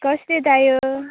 कसले जाय